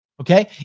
Okay